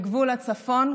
בגבול הצפון,